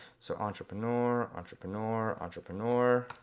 so entrepreneur, entrepreneur, entrepreneur,